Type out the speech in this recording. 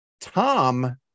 Tom